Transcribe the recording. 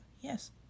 Yes